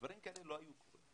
דברים כאלה לא היו קורים.